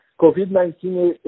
COVID-19